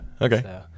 okay